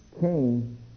came